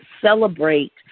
celebrate